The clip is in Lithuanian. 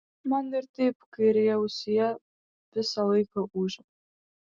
man ir taip kairėje ausyje visą laiką ūžia